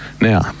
now